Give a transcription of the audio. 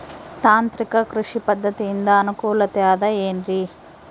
ತಾಂತ್ರಿಕ ಕೃಷಿ ಪದ್ಧತಿಯಿಂದ ಅನುಕೂಲತೆ ಅದ ಏನ್ರಿ?